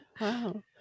Wow